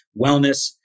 wellness